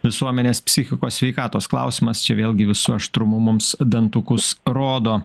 visuomenės psichikos sveikatos klausimas čia vėlgi visu aštrumu mums dantukus rodo